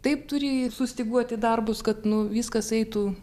taip turi sustyguoti darbus kad nu viskas eitų